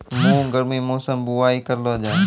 मूंग गर्मी मौसम बुवाई करलो जा?